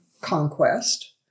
conquest